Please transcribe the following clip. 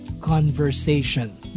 conversation